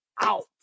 out